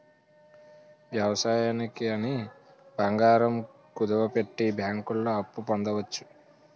వ్యవసాయానికి అని బంగారం కుదువపెట్టి బ్యాంకుల్లో అప్పు పొందవచ్చు